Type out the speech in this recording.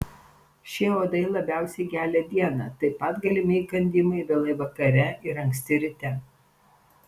šie uodai labiausiai gelia dieną taip pat galimi įkandimai vėlai vakare ir anksti ryte